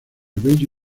bello